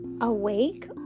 Awake